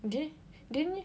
didn't didn't you